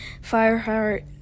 fireheart